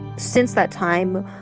since that time,